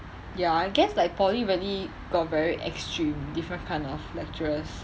ya I guess like poly really got very extreme different kind of lecturers